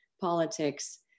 politics